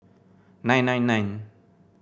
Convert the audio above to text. nine nine nine